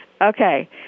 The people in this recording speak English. Okay